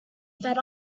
fed